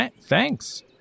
Thanks